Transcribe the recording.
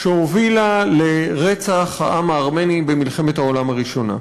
שהובילה לרצח העם הארמני במלחמת העולם הראשונה.